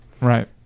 Right